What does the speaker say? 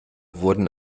wurden